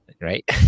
Right